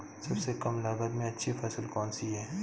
सबसे कम लागत में अच्छी फसल कौन सी है?